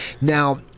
Now